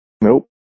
Nope